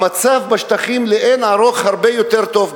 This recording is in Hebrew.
המצב בשטחים לאין ערוך הרבה יותר טוב,